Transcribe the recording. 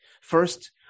First